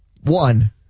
one